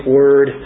word